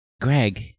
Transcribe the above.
Greg